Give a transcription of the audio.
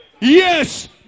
Yes